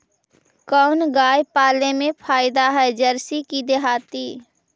कोन गाय पाले मे फायदा है जरसी कि देहाती?